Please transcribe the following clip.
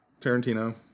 Tarantino